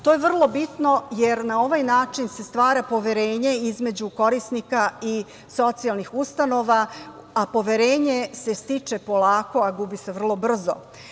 To je vrlo bitno, jer na ovaj način se stvara poverenje između korisnika i socijalnih ustanova, a poverenje se stiče polako, a gubi se vrlo brzo.